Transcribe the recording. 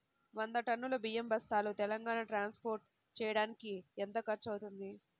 వంద టన్నులు బియ్యం బస్తాలు తెలంగాణ ట్రాస్పోర్ట్ చేయటానికి కి ఎంత ఖర్చు అవుతుంది?